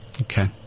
Okay